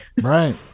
right